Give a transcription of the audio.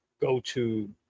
go-to